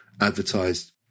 advertised